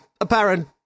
apparent